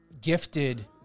gifted